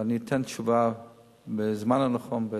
ואני אתן תשובה בזמן הנכון בהתאם.